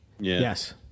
Yes